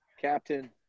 Captain